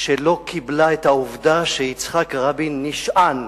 שלא קיבלה את העובדה שיצחק רבין נשען